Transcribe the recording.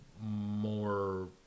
more